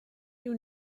you